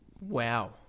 wow